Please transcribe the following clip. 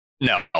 No